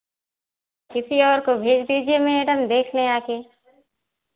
किसी और को भेज दीजिए मैडम देख लें आके